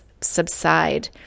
subside